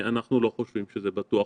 אנחנו לא חושבים שזה בטוח.